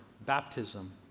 baptism